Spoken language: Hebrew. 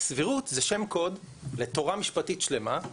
סבירות זה שם קוד לתורה משפטית שלמה,